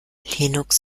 linux